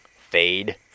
fade